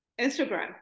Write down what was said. Instagram